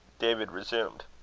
david resumed